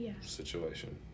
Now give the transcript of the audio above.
situation